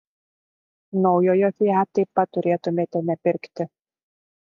naujojo fiat taip pat turėtumėte nepirkti